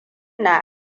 na